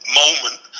moment